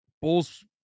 Bulls